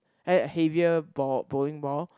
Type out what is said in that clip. hea~ heavier ball bowling ball